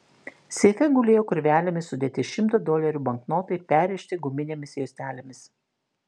seife gulėjo krūvelėmis sudėti šimto dolerių banknotai perrišti guminėmis juostelėmis